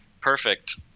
perfect